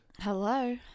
Hello